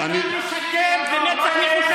אתה משקר במצח נחושה.